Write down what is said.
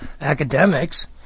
academics